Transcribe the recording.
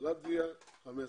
לטביה 15,